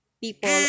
people